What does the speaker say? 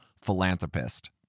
philanthropist